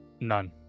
None